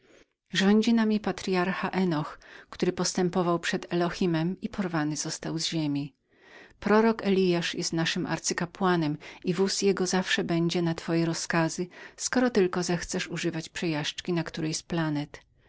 rządzi nami patryarcha henoch który postępował przed elohimem i porwanym został z ziemi prorok eliasz jest naszym arcykapłanem i wóz jego zawsze będzie na twoje rozkazy skoro tylko zechcesz używać przejażdżki na tym planecie